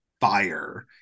fire